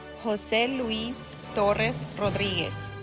jose luis torres rodriquez